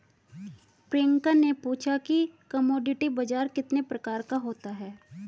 प्रियंका ने पूछा कि कमोडिटी बाजार कितने प्रकार का होता है?